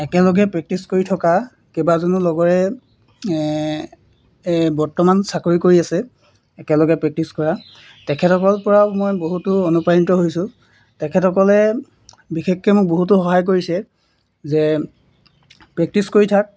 একেলগে প্ৰেক্টিচ কৰি থকা কেইবাজনো লগৰে এই বৰ্তমান চাকৰি কৰি আছে একেলগে প্ৰেক্টিচ কৰা তেখেতসকলৰ পৰাও মই বহুতো অনুপ্ৰাণিত হৈছোঁ তেখেতসকলে বিশেষকৈ মোক বহুতো সহায় কৰিছে যে প্ৰেক্টিচ কৰি থাক